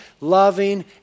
loving